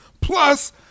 plus